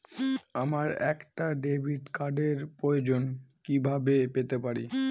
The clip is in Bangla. আমার একটা ডেবিট কার্ডের প্রয়োজন কিভাবে পেতে পারি?